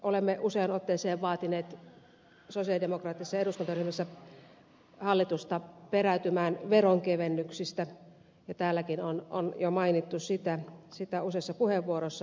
olemme useaan otteeseen vaatineet sosialidemokraattisessa eduskuntaryhmässä hallitusta peräytymään veronkevennyksistä ja täälläkin on jo mainittu se useissa puheenvuoroissa